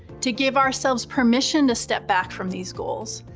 to give ourselves permission to step back from these goals.